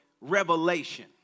revelation